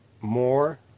more